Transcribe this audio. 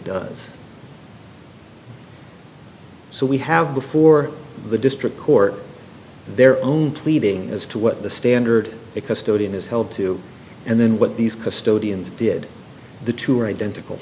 does so we have before the district court their own pleading as to what the standard custody in is held to and then what these custodians did the tour identical